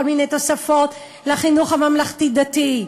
כל מיני תוספות לחינוך הממלכתי-דתי,